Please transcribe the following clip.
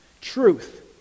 truth